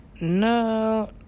No